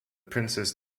princess